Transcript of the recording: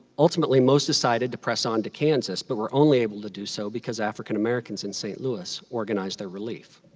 ultimately, most decided to press on to kansas, but were only able to do so because african americans in st. louis organized their relief.